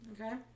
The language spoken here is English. Okay